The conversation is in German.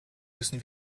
müssen